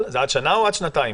זה עד שנה או עד שנתיים?